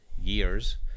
years